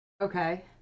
Okay